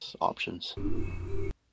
options